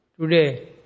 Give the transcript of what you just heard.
today